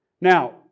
Now